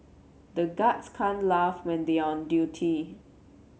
the guards can't laugh when they are on duty